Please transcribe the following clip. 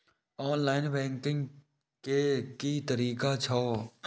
Online banking के की तरीका छै?